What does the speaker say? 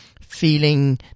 feeling